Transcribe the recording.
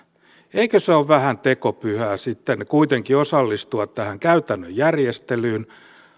eikö ole vähän tekopyhää sitten kuitenkin osallistua tähän käytännön järjestelyyn